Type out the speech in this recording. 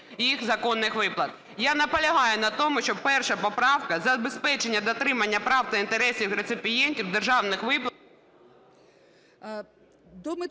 Я наполягаю на тому, щоб перша поправка – забезпечення дотримання прав та інтересів реципієнтів державних…